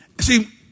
See